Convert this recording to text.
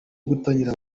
gutangira